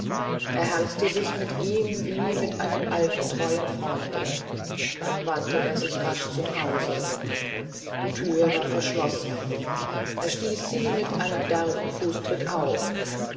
er herzte sich mit ihm wie mit einem alten treuen freunde dann aber wandte er sich rasch zum hause die tür war verschlossen er stieß sie mit einem derben fußtritt auf